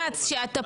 סוד.